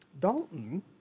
Dalton